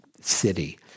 city